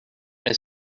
est